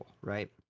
right